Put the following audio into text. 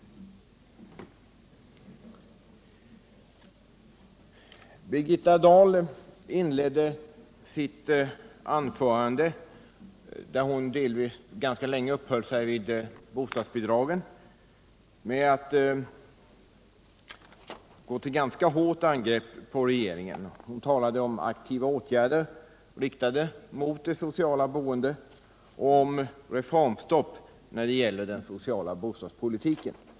Birgitta Dahl inledde sitt anförande, där hon ganska länge uppehöll sig vid bostadsbidragen, med att gå till rätt hårda angrepp mot regeringen. Hon talade om aktiva åtgärder riktade mot det sociala boendet och om reformstopp i den sociala bostadspolitiken.